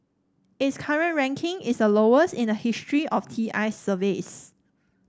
its current ranking is the lowest in the history of T I's surveys